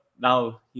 now